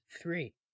Three